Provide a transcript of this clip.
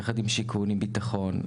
משרד השיכון ומשרד הביטחון.